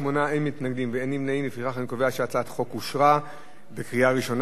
ההצעה להעביר את הצעת חוק הגז (בטיחות ורישוי)